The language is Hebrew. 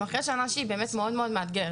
אנחנו אחרי שנה שהיא באמת מאוד מאתגרת.